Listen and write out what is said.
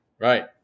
Right